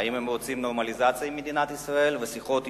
האם הם רוצים נורמליזציה עם מדינת ישראל ושיחות ישירות,